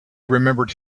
remembered